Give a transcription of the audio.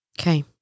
Okay